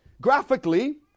Graphically